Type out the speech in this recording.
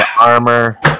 armor